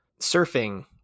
Surfing